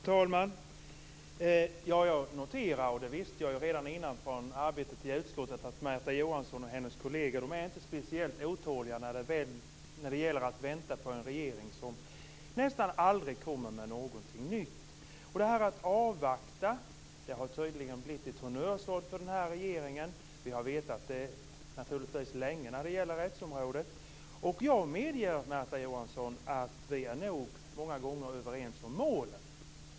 Fru talman! Jag noterar, och det visste jag redan innan från arbetet i utskottet, att Märta Johansson och hennes kolleger inte är speciellt otåliga när det gäller att vänta på en regering som nästan aldrig kommer med någonting nytt. Att avvakta har tydligen blivit ett honnörsord för den här regeringen. Vi har naturligtvis vetat det länge när det gäller rättsområdet. Jag medger, Märta Johansson, att vi nog många gånger är överens om målen.